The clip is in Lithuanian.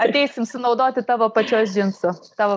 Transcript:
ateisim sunaudoti tavo pačios džinsų tau